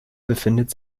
befindet